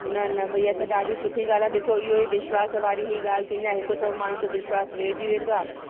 न न भई इहा त ॾाढी सुठी ॻाल्हि आहे ॾिसो इहो ई विश्वासु वारी ई ॻाल्हि थींदी आहे हिक त माण्हूनि जो विश्वासु वेह जी वेंदो आहे त